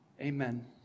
amen